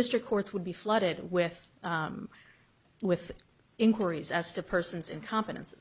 district courts would be flooded with with inquiries as to persons incompetence